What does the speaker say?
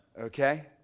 Okay